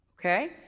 okay